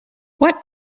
what